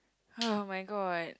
oh-my-god